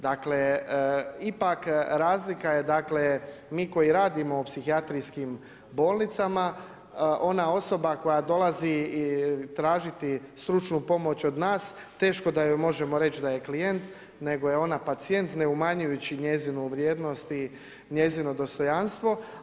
Dakle ipak razlika je dakle mi koji radimo u psihijatrijskim bolnicama ona osoba koja dolazi tražiti stručnu pomoć od nas, teško da joj možemo reći da je klijent nego je ona pacijent ne umanjujući njezinu vrijednost i njezino dostojanstvo.